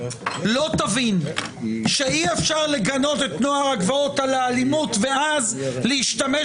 לא תבין שאי-אפשר לגנות את נוער הגבעות על אלימותו ואז להשתמש